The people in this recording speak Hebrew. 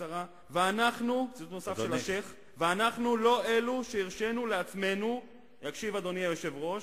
בקצרה: "ואנחנו לא אלו שהרשינו לעצמנו" יקשיב אדוני היושב-ראש,